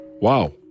Wow